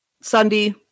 sunday